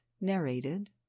narrated